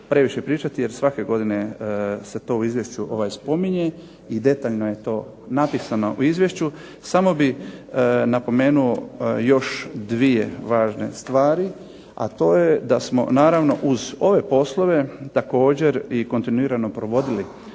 previše pričati, jer svake godine se to u izvješću spominje i detaljno je to napisano u izvješću. Samo bih napomenuo još dvije važne stvari, a to je da smo naravno uz ove poslove također i kontinuirano provodili,